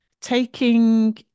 taking